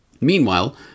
Meanwhile